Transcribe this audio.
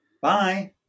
Bye